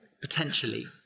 potentially